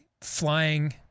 flying